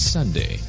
Sunday